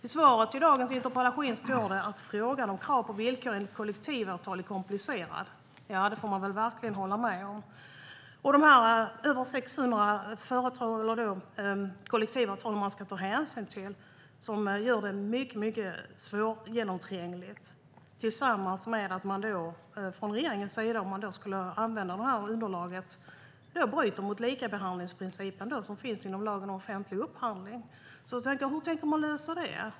I interpellationssvaret säger ministern att frågan om krav på villkor enligt kollektivavtal är komplicerad. Ja, det håller jag verkligen med om. Man ska ta hänsyn till över 600 kollektivavtal, vilket gör det mycket svårgenomträngligt. Ska man dessutom använda regeringens underlag bryter man mot likabehandlingsprincipen som finns inom lagen om offentlig upphandling. Hur tänker ni lösa det?